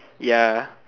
ya